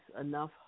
enough